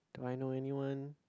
do I know anyone